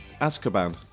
Azkaban